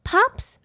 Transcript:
Pops